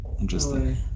Interesting